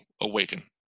awaken